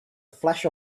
flash